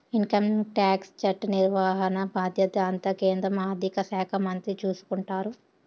income tax చట్ట నిర్వహణ బాధ్యత అంతా కేంద్ర ఆర్థిక శాఖ మంత్రి చూసుకుంటారు